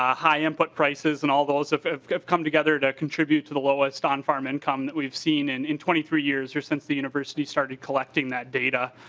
i input prices and all those of come together to contribute to the lowest um farm income we've seen and in twenty three years or since the univeersity started collecting the data.